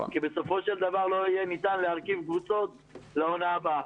כי בסופו של דבר לא יהיה ניתן להרכיב קבוצות לעונה הבאה.